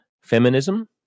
feminism